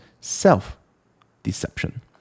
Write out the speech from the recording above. Self-Deception